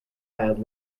bad